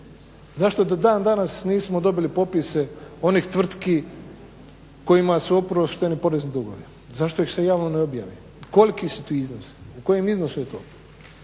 Zašto do dan danas nismo dobili popise onih tvrtki kojima su oprošteni porezni dugovi, zašto ih se javno ne objavi? Koliki su ti iznosi, u kojem iznosu je to?